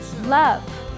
love